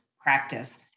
practice